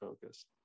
focus